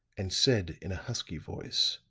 and said in a husky voice.